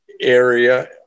area